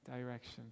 direction